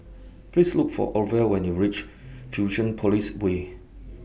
Please Look For Orvel when YOU REACH Fusionopolis Way